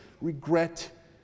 regret